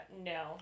no